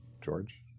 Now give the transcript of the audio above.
George